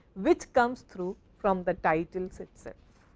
which comes through from the titles itself.